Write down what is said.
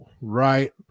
right